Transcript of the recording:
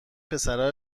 پسره